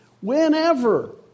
whenever